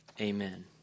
Amen